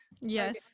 yes